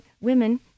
women